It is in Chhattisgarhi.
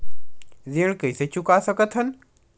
ऋण कइसे चुका सकत हन?